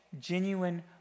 genuine